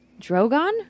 Drogon